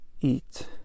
eat